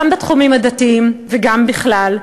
גם בתחומים הדתיים וגם בכלל.